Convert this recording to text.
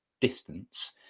distance